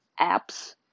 apps